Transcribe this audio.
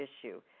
issue